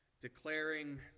declaring